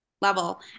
level